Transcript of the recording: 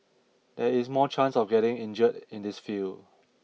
there is more chance of getting injured in this field